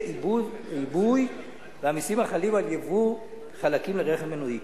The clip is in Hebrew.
עיבוי והמסים החלים על יבוא חלקים לרכב מנועי.